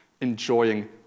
enjoying